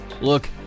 Look